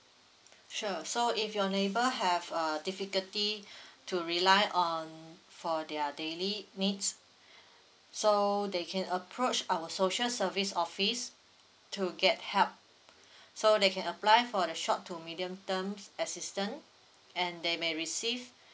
sure so if your neighbour have uh difficulty to rely on for their daily needs so they can approach our social service office to get help so they can apply for the short to medium terms assistant and they may receive